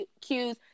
cues